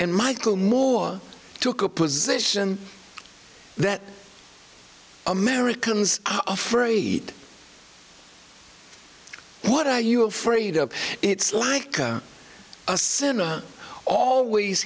and michael moore took a position that americans are afraid what are you afraid of it's like a sinner always